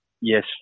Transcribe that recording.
Yes